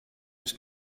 ist